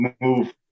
move